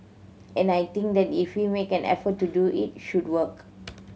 and I think that if we make an effort to do it should work